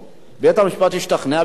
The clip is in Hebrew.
בית-המשפט ישתכנע, יעשה כן.